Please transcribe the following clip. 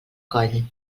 coll